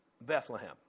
Bethlehem